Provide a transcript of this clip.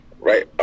Right